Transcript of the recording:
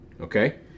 okay